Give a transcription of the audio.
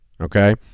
okay